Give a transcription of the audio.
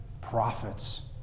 prophets